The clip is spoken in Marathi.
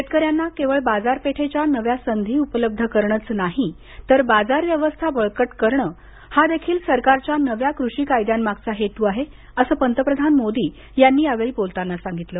शेतकऱ्यांना केवळ बाजारपेठेच्या नव्या संधी उपलब्ध करणंच नाही तर बाजार व्यवस्था बळकट करणं हा देखील सरकारचा नव्या कृषी कायद्यांमागचा हेतू आहे असं पंतप्रधान मोदी यांनी यावेळी बोलताना सांगितलं